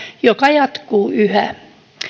joka jatkuu yhä